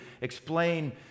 explain